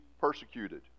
persecuted